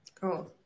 Cool